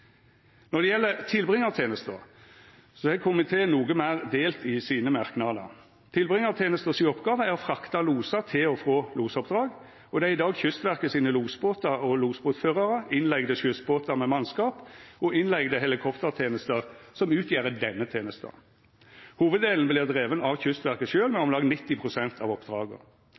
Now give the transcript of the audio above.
Når det gjeld tilbringartenesta, er komiteen noko meir delt i sine merknader. Tilbringartenesta si oppgåve er å frakta losar til og frå losoppdrag, og det er i dag Kystverket sine losbåtar og losbåtførarar, innleigde skyssbåtar med mannskap og innleigde helikoptertenester som utgjer denne tenesta. Hovuddelen vert driven av Kystverket sjølv, med om lag 90 pst. av oppdraga.